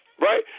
Right